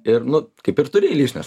ir nu kaip ir turi įlįst nes